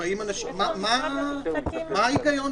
מה ההיגיון?